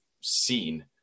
seen